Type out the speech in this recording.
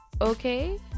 Okay